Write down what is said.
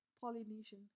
polynesian